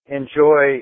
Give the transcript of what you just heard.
enjoy